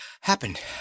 happened